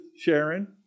Sharon